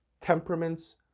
temperaments